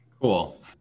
Cool